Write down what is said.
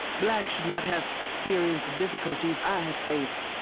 black should not have to experience the difficulties i have faced,